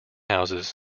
houses